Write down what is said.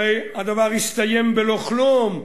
הרי הדבר יסתיים בלא-כלום,